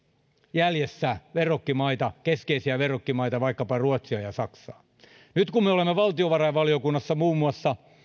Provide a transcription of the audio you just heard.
jäljessä keskeisiä verrokkimaita vaikkapa ruotsia ja saksaa nyt kun me olemme valtiovarainvaliokunnassa muun muassa